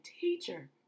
Teacher